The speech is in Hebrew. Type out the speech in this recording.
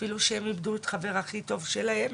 אפילו שהם איבדו את החבר הכי טוב שלהם.